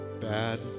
bad